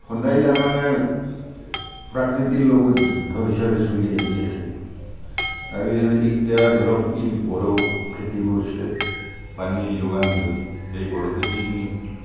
সদাই তাৰমানে প্ৰকৃতিৰ লগত যুদ্ধ হিচাপে চলি আহি আছে তাৰপিছত এতিয়া ধৰক ইৰ বড়ো খেতি কৰিছে পানী যোগান ধৰি সেই বড়ো খেতি খিনিও